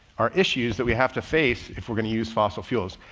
are issues that we have to face if we're going to use fossil fuels.